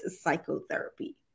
psychotherapy